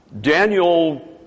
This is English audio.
Daniel